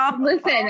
Listen